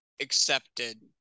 accepted